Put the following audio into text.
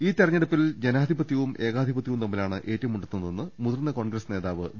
ഈ തെരഞ്ഞെടുപ്പിൽ ജനാധിപത്യവും ഏകാധിപത്യവും തമ്മിലാണ് ഏറ്റുമുട്ടുന്നതെന്ന് മുതിർന്ന കോൺഗ്രസ് നേതാവ് വി